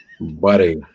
Buddy